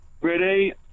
Ready